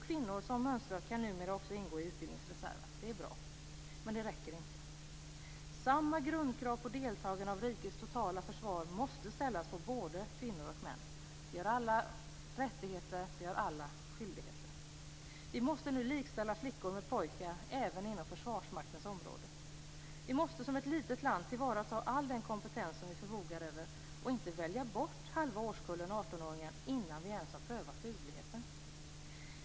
Kvinnor som mönstrat kan numera också ingå i utbildningsreserven. Det är bra. Men det räcker inte. Samma grundkrav på deltagande i rikets totala försvar måste ställas på både kvinnor och män. Vi har alla rättigheter, och vi har alla skyldigheter. Vi måste nu likställa flickor med pojkar även inom Försvarsmaktens område. Vi måste som ett litet land tillvarata all den kompetens som vi förfogar över och inte välja bort halva årskullen 18-åringar innan vi ens har prövat dugligheten.